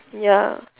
ya